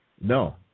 No